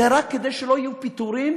זה רק כדי שלא יהיו פיטורים